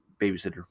babysitter